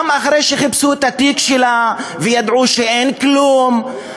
גם אחרי שחיפשו בתיק שלה וידעו שאין כלום,